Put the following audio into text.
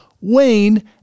Wayne